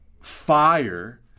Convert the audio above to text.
fire